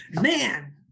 Man